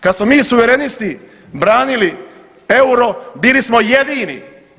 Kad smo mi suverenisti branili euro bili smo jedini.